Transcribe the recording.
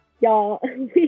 Y'all